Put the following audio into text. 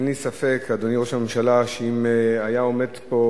אין לי ספק, אדוני ראש הממשלה, שאם היה עומד פה